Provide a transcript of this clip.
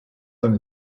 eine